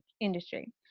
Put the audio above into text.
industry